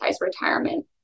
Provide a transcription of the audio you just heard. retirement